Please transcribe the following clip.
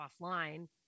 offline